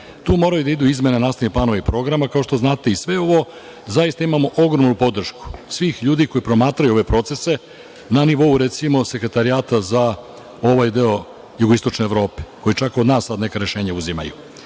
Tu moraju da idu izmene na osnovu planova i programa, kao što znate i sve ovo. Zaista imamo ogromnu podršku svih ljudi koji promatraju ove procese na nivou, recimo Sekretarijata za ovaj deo jugoistočne Evrope, koji čak i od nas neka rešenja uzimaju. Ono